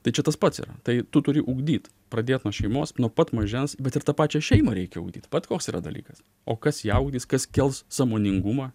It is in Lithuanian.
tai čia tas pats tai tu turi ugdyt pradėt nuo šeimos nuo pat mažens bet ir tą pačią šeimą reikia ugdyt vat koks yra dalykas o kas ją ugdys kas kels sąmoningumą